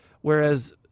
whereas